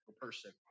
person